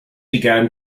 began